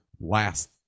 last